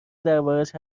دربارش